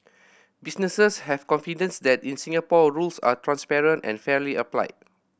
businesses have confidence that in Singapore rules are transparent and fairly applied